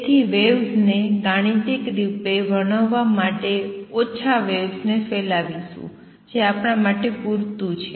તેથી વેવ્સને ગાણિતિક રૂપે વર્ણવવા આપણે ઓછા વેવ્સ ફેલાવિશું જે આપણા માટે પૂરતું છે